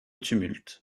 tumulte